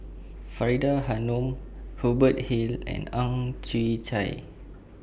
Faridah Hanum Hubert Hill and Ang Chwee Chai